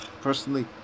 personally